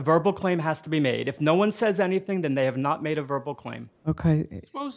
verbal claim has to be made if no one says anything then they have not made a verbal claim ok most